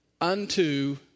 unto